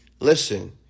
listen